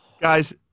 Guys